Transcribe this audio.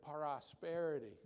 prosperity